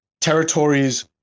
territories